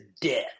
death